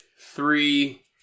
Three